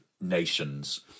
nations